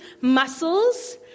muscles